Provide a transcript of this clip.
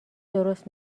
درست